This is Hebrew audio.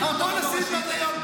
והוא יבחר את הרב הראשי.